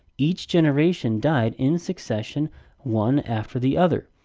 each generation died in succession one after the other.